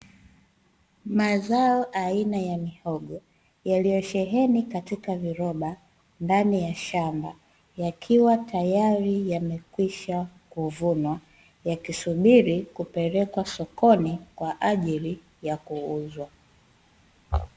Mazao aina ya mihogo, yaliyosheheni katika viroba ndani ya shamba, yakiwa tayari yamekwisha kuvunwa yakisubiri kupelekwa sokoni kwa ajili ya kuuzwa.